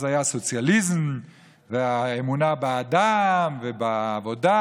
אז היה הסוציאליזם והאמונה באדם ובעבודה